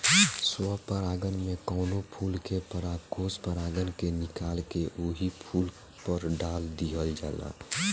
स्व परागण में कवनो फूल के परागकोष परागण से निकाल के ओही फूल पर डाल दिहल जाला